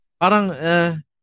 Parang